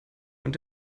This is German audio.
und